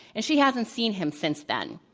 and she hasn't seen him since then.